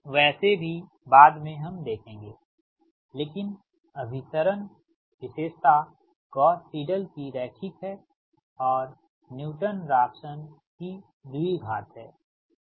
लेकिन वैसे भी बाद में हम देखेंगे लेकिन अभिसरण विशेषता गॉस सिडल की रैखिक है और न्यू टन राफसन की द्विघात है